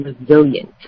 resilient